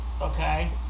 Okay